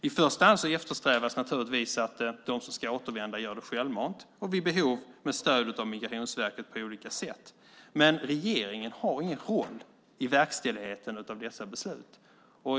I första hand eftersträvas naturligtvis att de som ska återvända gör det självmant, vid behov med stöd av Migrationsverket på olika sätt. Men regeringen har ingen roll i verkställigheten av detta beslut.